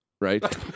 right